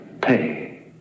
pay